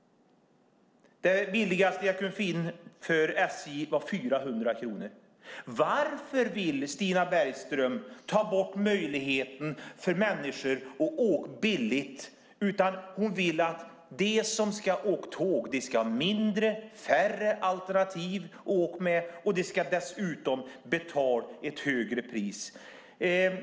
Det billigaste jag kunde finna hos SJ var 400 kronor. Varför vill Stina Bergström ta bort möjligheten att åka billigt? Hon vill att den som ska åka tåg ska ha färre alternativ att åka med, och man ska dessutom betala ett högre pris.